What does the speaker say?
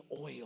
oil